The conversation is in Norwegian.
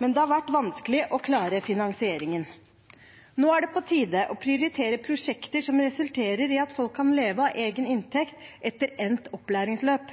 men det har vært vanskelig å klare finansieringen.» Nå er det på tide å prioritere prosjekter som resulterer i at folk kan leve av egen inntekt etter endt opplæringsløp.